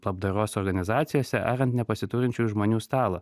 labdaros organizacijose ar ant nepasiturinčių žmonių stalo